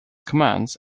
commands